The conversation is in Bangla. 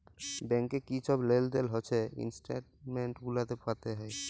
ব্যাংকে কি ছব লেলদেল হছে ইস্ট্যাটমেল্ট গুলাতে পাতে হ্যয়